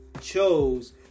chose